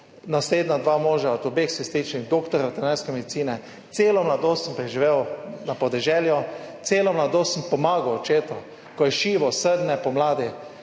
naslednja dva moža, od obeh sestrični, doktor veterinarske medicine. Celo mladost sem preživel na podeželju, celo mladost sem pomagal očetu, ko je šival srne, pomladi,